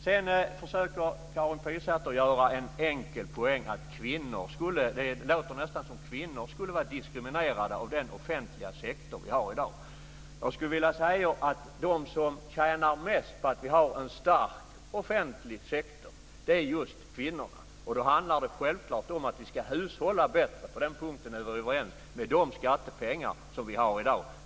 Sedan försöker Karin Pilsäter göra en enkel poäng. Det låter nästan som att kvinnor skulle vara diskriminerade av den offentliga sektor vi har i dag. De som tjänar mest på att vi har en stark offentlig sektor är just kvinnorna. Det handlar självklart om att vi ska hushålla bättre med de skattepengar vi har i dag. På den punkten är vi överens.